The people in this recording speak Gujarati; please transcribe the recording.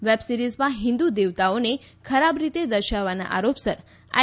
વેબ સિરીજમાં હિન્દુ દેવતાઓને ખરાબ રીતે દર્શાવવાના આરોપસર આઈ